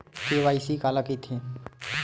KYC काला कइथे?